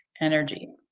energy